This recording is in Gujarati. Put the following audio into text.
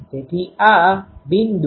તેથી આ બિંદુ છે